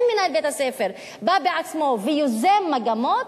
אם מנהל בית-הספר בא בעצמו ויוזם מגמות,